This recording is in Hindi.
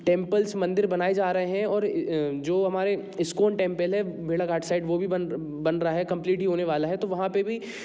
टेंपल्स मंदिर बनाए जा रहे हैं और जो हमारे इस्कॉन टेंपल में भेड़ाघाट साइड वो भी बन रहा है कंप्लीट होने वाला है तो वहाँ पे भी